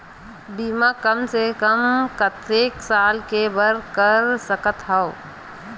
बीमा कम से कम कतेक साल के बर कर सकत हव?